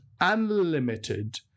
unlimited